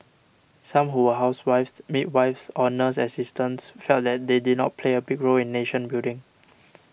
some who were housewives midwives or nurse assistants felt that they did not play a big role in nation building